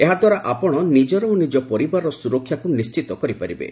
ଏହାଦ୍ୱାରା ଆପଣ ନିଜର ଓ ନିଜ ପରିବାରର ସ୍ରରକ୍ଷାକ୍ ନିଣ୍ଢିତ କରିପାରିବେ